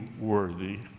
worthy